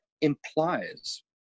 implies